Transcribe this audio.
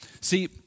See